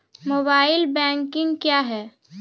Mobile banking क्या हैं?